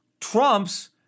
trumps